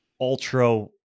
ultra